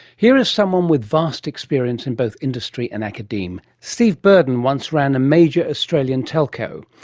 here is someone with vast experience in both industry and academe steve burdon once ran a major australian telco,